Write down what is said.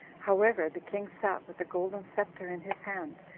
however, the king sat with a golden scepter in his hand,